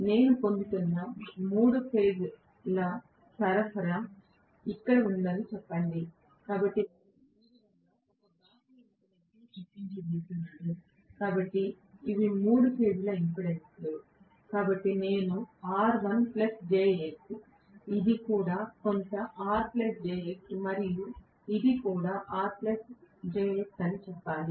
నేను పొందుతున్న మూడు ఫేజ్ ల సరఫరా ఇక్కడ ఉందని చెప్పండి కాబట్టి నేను ఈ విధంగా ఒక బాహ్య ఇంపెడెన్స్ను చొప్పించబోతున్నాను కాబట్టి ఇవి మూడు ఫేజ్ ల ఇంపెడెన్స్లు కాబట్టి నేను R jX ఇది కూడా కొంత R jX మరియు ఇది కూడా R jX అని చెప్పాలి